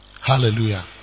Hallelujah